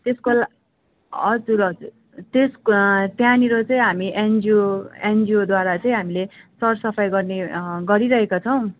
त्यसको ला हजुर हजुर त्यस त्यहाँनिर चाहिँ हामी एनजिओ एनजिओद्वारा चाहिँ हामीले सर सफाई गर्ने गरिरहेका छौँ